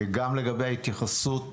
גם לגבי ההתייחסות